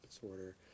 disorder